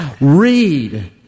Read